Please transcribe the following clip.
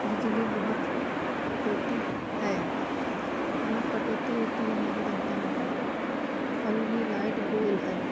बिजली बहुत कटौती है बहुत कटौती होती है हमारे जनता नगर में अभी भी लाइट गोल है